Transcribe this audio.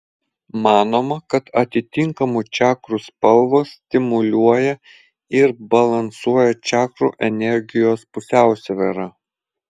manoma kad atitinkamų čakrų spalvos stimuliuoja ir balansuoja čakrų energijos pusiausvyrą